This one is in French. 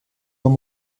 dans